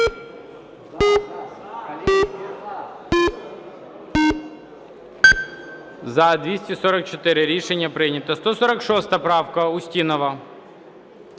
За-244 Рішення прийнято. 146 правка, Устінова.